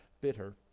bitter